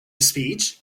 speech